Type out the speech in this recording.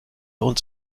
uns